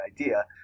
idea